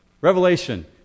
Revelation